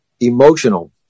Emotional